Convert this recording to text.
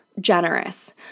generous